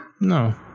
no